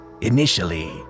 Initially